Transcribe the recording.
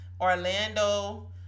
Orlando